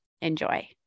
Enjoy